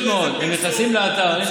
פשוט נכנסים לאתר.